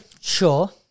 sure